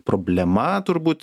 problema turbūt